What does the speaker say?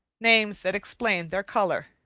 names that explain their color.